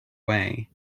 way